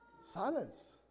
Silence